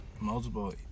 Multiple